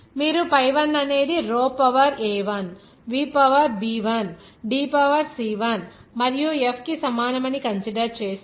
మీరు pi 1 అనేది rho power a1 v power b1 D power c1 మరియు F కి సమానమని కన్సిడర్ చేస్తే